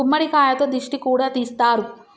గుమ్మడికాయతో దిష్టి కూడా తీస్తారు